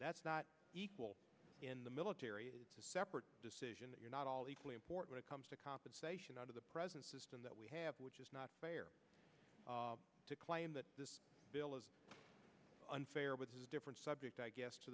that's not equal in the military is a separate decision that you're not all equally important to comes to compensation under the present system that we have which is not fair to claim that this bill is unfair which is a different subject i guess to